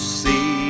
see